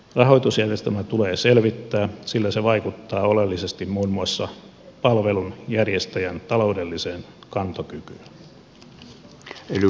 rahoitusjärjestelmä tulee selvittää sillä se vaikuttaa oleellisesti muun muassa palvelun järjestäjän taloudelliseen kantokykyyn